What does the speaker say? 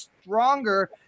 stronger